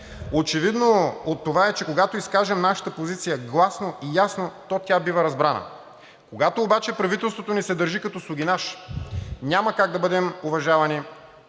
Очевидно от това е, че когато изкажем нашата позиция гласно и ясно, то тя бива разбрана. Когато обаче правителството ни се държи като слугинаж, няма как да бъдем уважавани,